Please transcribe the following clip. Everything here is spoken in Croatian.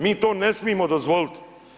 Mi to ne smijemo dozvoliti.